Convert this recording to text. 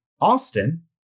Austin